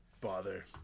bother